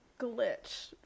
glitch